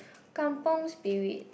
Kampung Spirit